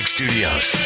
Studios